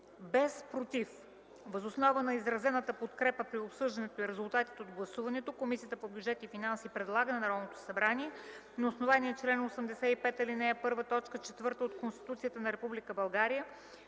се” 1. Въз основа на изразената подкрепа при обсъждането и резултатите от гласуването Комисията по бюджет и финанси предлага на Народното събрание на основание чл. 85, ал. 1, т. 4 от Конституцията на